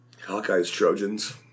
Hawkeyes-Trojans